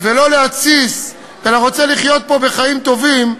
ולא להתסיס, אלא רוצה לחיות פה חיים טובים,